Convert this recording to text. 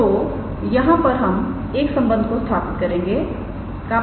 तोयहां पर हम एक संबंध को स्थापित करेंगे 𝜅